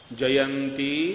Jayanti